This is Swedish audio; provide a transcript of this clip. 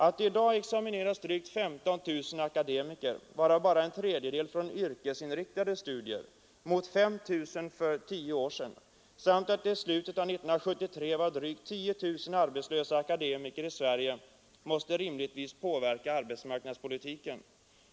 Att det nu examineras drygt 15 000 akademiker årligen — varav bara en tredjedel från yrkesinriktade studier — mot 5 000 för tio år sedan samt att det i slutet av 1973 var drygt 10 000 arbetslösa akademiker i Sverige måste rimligtvis påverka arbetsmarknadspolitiken.